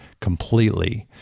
completely